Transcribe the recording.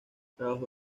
trabajó